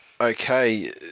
Okay